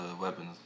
weapons